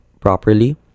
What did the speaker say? properly